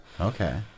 Okay